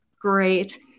great